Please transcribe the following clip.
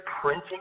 printing